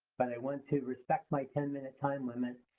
but i want to respect my ten minute time limit.